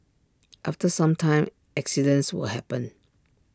after some time accidents will happen